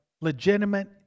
legitimate